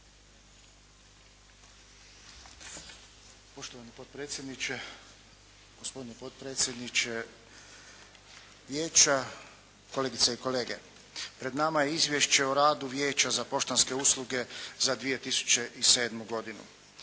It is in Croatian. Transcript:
Poštovani potpredsjedniče, gospodine potpredsjedniče, kolegice i kolege. Pred nama je izvješće o radu Vijeća za poštanske usluge za 2007. godinu.